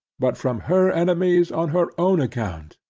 but from her enemies on her own account,